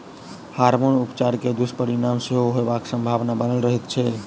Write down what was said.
hormone उपचार के दुष्परिणाम सेहो होयबाक संभावना बनल रहैत छै